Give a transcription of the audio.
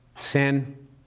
Sin